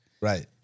Right